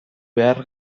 behar